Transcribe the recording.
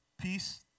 peace